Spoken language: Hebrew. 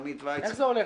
איך זה הולך?